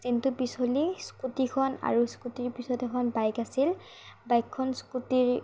ষ্টেণ্ডটো পিছলি স্কুটীখন আৰু স্কুটীৰ পিছত এখন বাইক আছিল বাইকখন স্কুটীৰ